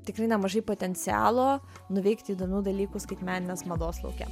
tikrai nemažai potencialo nuveikti įdomių dalykų skaitmeninės mados lauke